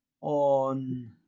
on